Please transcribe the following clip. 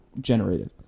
generated